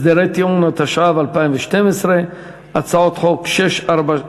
(הסדרי טיעון), התשע"ב 2012, הצעת חוק מ/648.